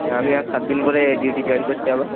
আমি আর সাতদিন পরে ডিউটি জয়েন করছি আবার